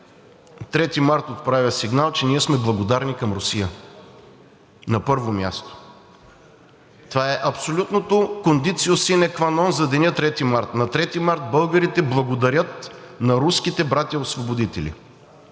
3 март отправя сигнал, че ние сме благодарни към Русия, на първо място. Това е абсолютното Condicio sine qua non за деня 3 март. На 3 март българите благодарят на руските братя освободители.